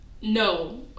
No